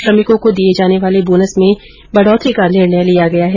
श्रमिकों को दिये जाने वाले बोनस में बढ़ोतरी का निर्णय लिया गया है